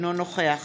אינו נוכח